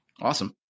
Awesome